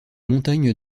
montagnes